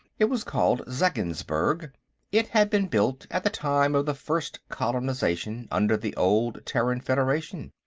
it was called zeggensburg it had been built at the time of the first colonization under the old terran federation.